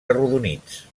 arrodonits